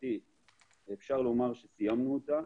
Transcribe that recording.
שלשמחתי אפשר לומר שסיימנו אותה,